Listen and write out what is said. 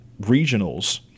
regionals